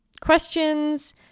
questions